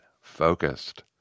focused